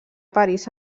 parís